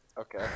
okay